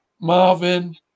Marvin